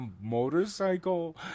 motorcycle